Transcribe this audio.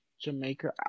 Jamaica